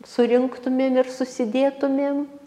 surinktumėm ir susidėtumėm